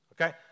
Okay